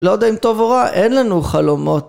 לא יודע אם טוב או רע, אין לנו חלומות